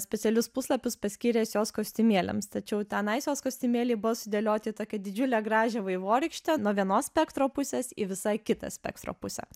specialius puslapius paskyręs jos kostiumėliams tačiau tenais jos kostiumėliai buvo sudėlioti į tokią didžiulę gražią vaivorykštę nuo vienos spektro pusės į visai kitą spektro pusę